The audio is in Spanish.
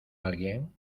alguien